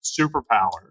superpower